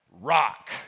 rock